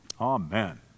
Amen